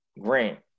Grant